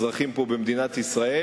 אזרחים פה במדינת ישראל,